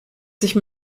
sich